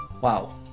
Wow